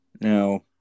Now